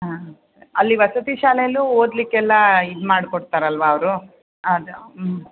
ಹಾಂ ಹಾಂ ಸರಿ ಅಲ್ಲಿ ವಸತಿ ಶಾಲೆಯಲ್ಲೂ ಓದಲಿಕ್ಕೆಲ್ಲ ಇದು ಮಾಡ್ಕೊಡ್ತಾರಲ್ವಾ ಅವರು ಅದು ಹ್ಞೂ